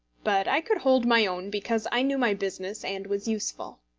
but i could hold my own because i knew my business and was useful.